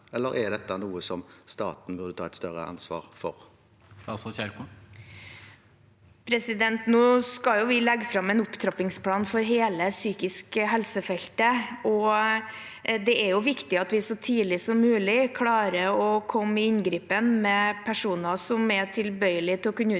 eller er dette noe staten burde ta et større ansvar for? Statsråd Ingvild Kjerkol Vi skal legge fram en opptrappingsplan for hele psykisk helse-feltet. Det er viktig at vi så tidlig som mulig klarer å komme i inngrep med personer som er tilbøyelige til å kunne utvikle